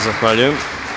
Zahvaljujem.